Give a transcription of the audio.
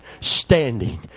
standing